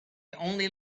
only